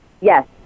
Yes